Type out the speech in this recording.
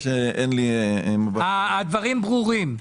הדברים ברורים.